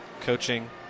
coaching